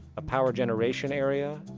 a power generation area,